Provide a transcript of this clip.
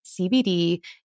CBD